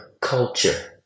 culture